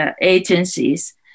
agencies